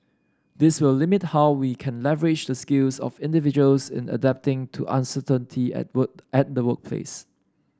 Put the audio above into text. this will limit how we can leverage the skills of individuals in adapting to uncertainty at work at the workplace